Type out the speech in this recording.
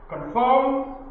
confirm